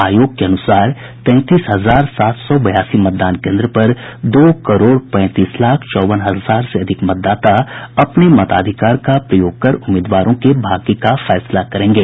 आयोग के अनुसार तैंतीस हजार सात सौ बयासी मतदान केंद्र पर दो करोड़ पैंतीस लाख चौवन हजार से अधिक मतदाता अपने मताधिकार का प्रयोग कर उम्मीदवारों के भाग्य का फैसला करेंगे